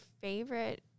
favorite